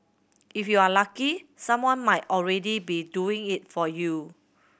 if you are lucky someone might already be doing it for you